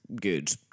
good